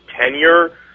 tenure